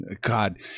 god